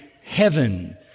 heaven